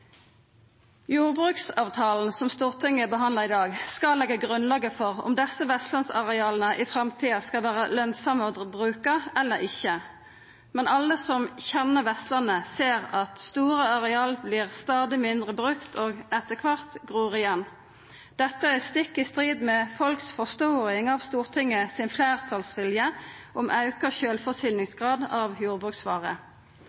Jordbruksavtalen som Stortinget behandlar i dag, skal leggja grunnlaget for om desse vestlandsareala i framtida skal vera lønsame å bruka eller ikkje. Men alle som kjenner Vestlandet, ser at store areal vert stadig mindre brukte og etter kvart gror igjen. Dette er stikk i strid med folks forståing av Stortingets fleirtalsvilje om auka